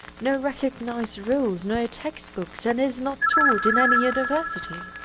no recognized rules, no text-books, and is not taught in any university